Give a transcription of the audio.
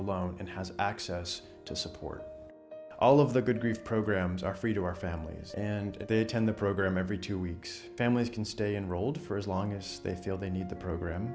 alone and has access to support all of the good grief programs are free to our families and they attend the program every two weeks families can stay in rolled for as long as they feel they need the program